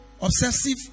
Obsessive